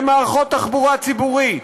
במערכות התחבורה הציבורית.